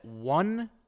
one